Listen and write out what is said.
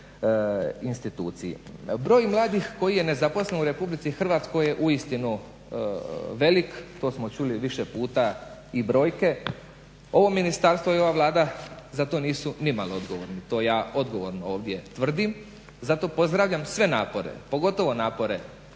instituciji. Broj mladih koji je nezaposlen u Republici Hrvatskoj je uistinu velik, to smo čuli više puta i brojke. Ovo ministarstvo i ova Vlada za to nisu ni malo odgovorni, to ja odgovorno ovdje tvrdi, zato pozdravljam sve napore, pogotovo napore